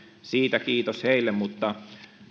siitä kiitos heille mutta